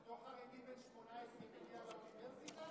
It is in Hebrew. אותו חרדי בן 18 מגיע לאוניברסיטה?